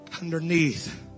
underneath